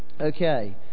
Okay